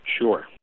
Sure